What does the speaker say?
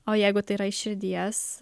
o jeigu tai yra iš širdies